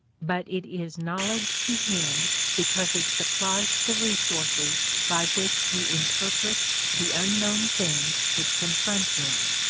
but it is knowledge to him because it supplies the resources by which he interprets the unknown things which confront him,